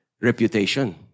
reputation